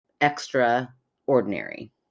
Extraordinary